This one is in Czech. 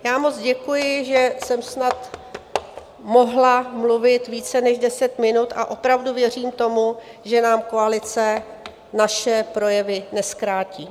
Já moc děkuji, že jsem snad mohla mluvit více než deset minut, a opravdu věřím tomu, že nám koalice naše projevy nezkrátí.